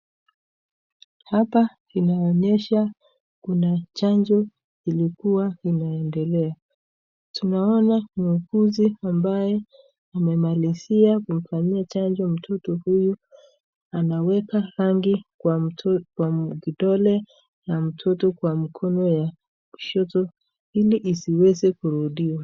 Hapa inaonyesha kuna chanjo ilikuwa inaendelea. Tunaona mwuguzi ambaye amemalizia kumfanyia chanjo mtoto huyu anaweka rangi kwa kidole ya mtoto kwa mkono ya kushoto ili isiweze kurudiwa.